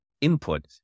input